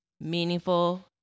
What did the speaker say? meaningful